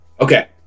Okay